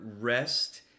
rest